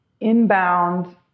inbound